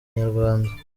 inyarwanda